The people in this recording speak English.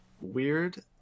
weird